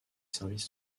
services